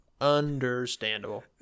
Understandable